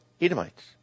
Edomites